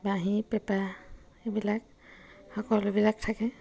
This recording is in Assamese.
বাঁহী পেঁপা এইবিলাক সকলোবিলাক থাকে